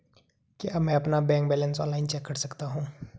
क्या मैं अपना बैंक बैलेंस ऑनलाइन चेक कर सकता हूँ?